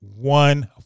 one